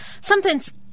Something's